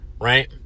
right